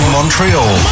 Montreal